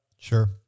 Sure